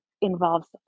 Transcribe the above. involves